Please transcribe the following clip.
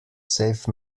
save